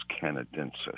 canadensis